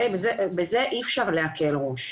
בזה אי אפשר להקל ראש.